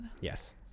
yes